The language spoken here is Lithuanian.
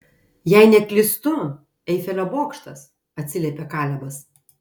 jei neklystu eifelio bokštas atsiliepė kalebas